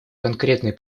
конкретные